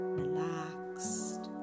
relaxed